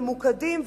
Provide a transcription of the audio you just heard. ממוקדים,